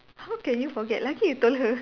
how can you forget lucky you told her